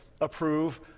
approve